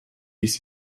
dies